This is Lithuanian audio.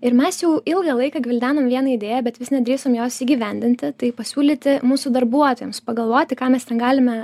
ir mes jau ilgą laiką gvildenam vieną idėją bet vis nedrįstam jos įgyvendinti tai pasiūlyti mūsų darbuotojams pagalvoti ką mes ten galime